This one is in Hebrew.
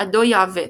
עדו יעבץ,